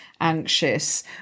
anxious